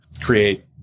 create